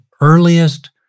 earliest